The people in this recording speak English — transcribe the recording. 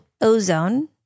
Ozone